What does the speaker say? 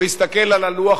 והסתכל על הלוח.